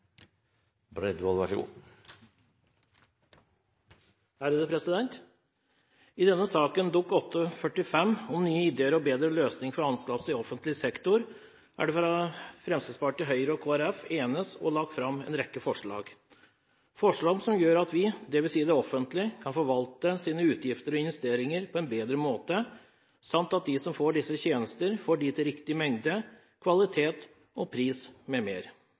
I denne saken – Dokument 8:45 S, om nye ideer og bedre løsninger for anskaffelser i offentlig sektor – har Fremskrittspartiet, Høyre og Kristelig Folkeparti blitt enige og lagt fram en rekke forslag. Det er forslag som gjør at vi – dvs. det offentlige – kan forvalte utgifter og investeringer på en bedre måte, samt at de som får disse tjenestene, får dem til riktig mengde, kvalitet, pris m.m., og